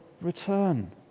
return